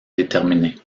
déterminé